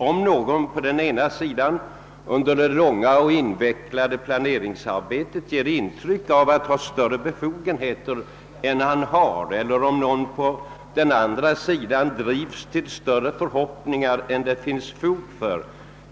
Om någon på den ena sidan under det långa och invecklade planeringsarbetet ger intryck av att ha större befogenheter än han har eller om någön på den andra sidan får större förhoppningar än det finns fog för,